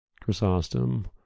chrysostom